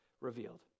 revealed